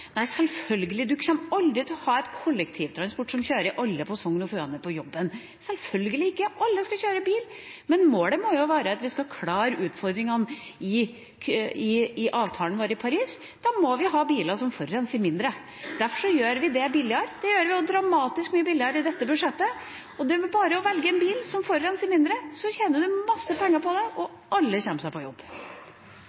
Nei, selvfølgelig kommer man aldri til å ha kollektivtransport som kjører alle i Sogn og Fjordane til jobben, selvfølgelig ikke. Alle skal kjøre bil. Men målet må jo være at vi skal klare utfordringene i avtalen vår i Paris. Da må vi ha biler som forurenser mindre. Derfor gjør vi det billigere, vi gjør det dramatisk mye billigere i dette budsjettet. Det er bare å velge en bil som forurenser mindre, så tjener man en masse penger på det, og